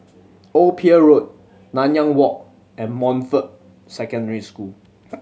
Old Pier Road Nanyang Walk and Montfort Secondary School